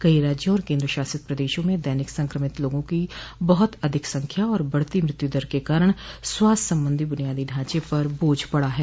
कई राज्यों और केन्द्रशासित प्रदेशों में दैनिक संक्रमित लोगों की बहुत अधिक संख्या और बढ़ती मृत्युदर के कारण स्वास्थ्य संबंधी बुनियादी ढांचे पर बोझ बढ़ा है